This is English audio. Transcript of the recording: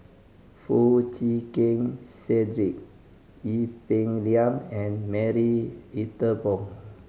Foo Chee Keng Cedric Ee Peng Liang and Marie Ethel Bong